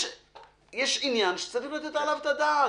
יש עניין שצריך לתת עליו את הדעת.